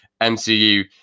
MCU